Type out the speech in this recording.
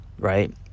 right